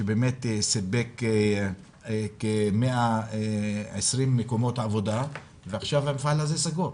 שבאמת סיפק כ-120 מקומות עבודה ועכשיו המפעל הזה סגור.